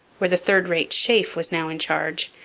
where the third-rate sheaffe was now in charge,